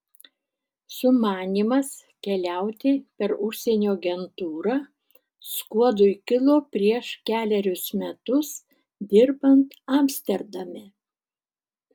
sumanymas keliauti per užsienio agentūrą skuodui kilo prieš kelerius metus dirbant amsterdame